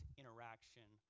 interaction